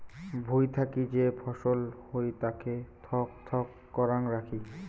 ভুঁই থাকি যে ফছল হই তাকে থক থক করাং রাখি